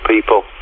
people